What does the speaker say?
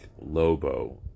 Lobo